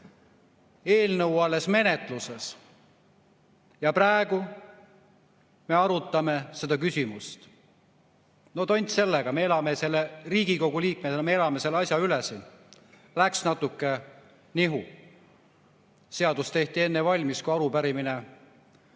eelnõu alles menetluses. Ja praegu me arutame seda küsimust. No tont sellega! Riigikogu liikmed, me elame selle asja üle. Läks natuke nihu. Seadus tehti enne valmis, kui arupärimine